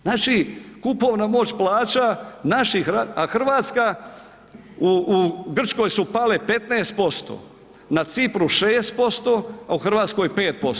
Znači kupovna moć plaća naših, a Hrvatska, u Grčkoj su pale 15%, na Cipru 6%, a u Hrvatskoj 5%